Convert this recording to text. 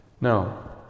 Now